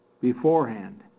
beforehand